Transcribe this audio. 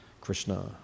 Krishna